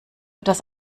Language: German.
etwas